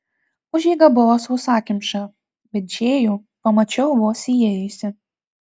užeiga buvo sausakimša bet džėjų pamačiau vos įėjusi